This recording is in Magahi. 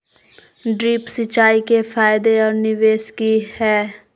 ड्रिप सिंचाई के फायदे और निवेस कि हैय?